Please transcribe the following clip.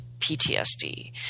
PTSD